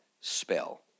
spell